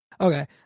Okay